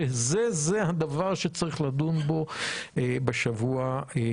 שזה זה הדבר שצריך לדון בו בשבוע הזה.